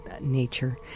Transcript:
nature